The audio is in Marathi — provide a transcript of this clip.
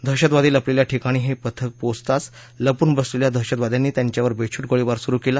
दहशतवादी लपलेल्या ठिकाणी हे पथक पोचताच लपून बसलेल्या दहशतवाद्यांनी त्यांच्यावर बेछूट गोळीबार सुरु केला